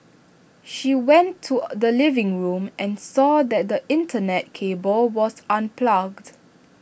she went to the living room and saw that the Internet cable was unplugged